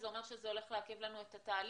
זה אומר שזה הולך לעכב לנו את התהליך,